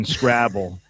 Scrabble